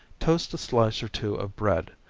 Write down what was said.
toast a slice or two of bread,